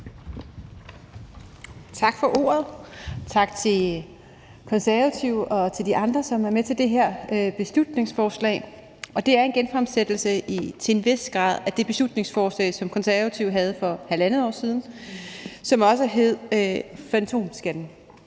Tak for ordet. Tak til Konservative og til de andre, som er med i det her beslutningsforslag. Det er til en vis grad en genfremsættelse af det beslutningsforslag, som Konservative fremsatte for halvandet år siden, og som også handlede om fantomskatten.